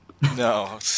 No